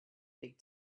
big